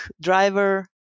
driver